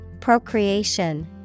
Procreation